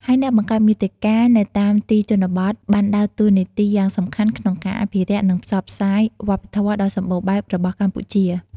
ហើយអ្នកបង្កើតមាតិកានៅតាមទីជនបទបានដើរតួនាទីយ៉ាងសំខាន់ក្នុងការ អភិរក្ស និងផ្សព្វផ្សាយវប្បធម៌ ដ៏សម្បូរបែបរបស់កម្ពុជា។